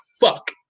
fuck